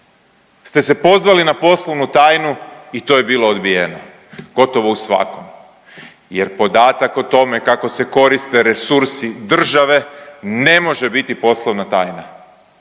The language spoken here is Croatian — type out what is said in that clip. ste se pozvali na poslovnu tajnu i to je bilo odbijeno, gotovo u svakom. Jer podatak o tome kako se koriste resursi države ne može biti poslovna tajna.